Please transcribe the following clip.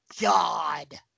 God